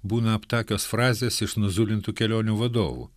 būna aptakios frazės iš nuzulintų kelionių vadovų